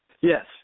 Yes